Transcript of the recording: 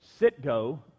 Sitgo